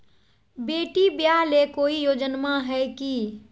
बेटी ब्याह ले कोई योजनमा हय की?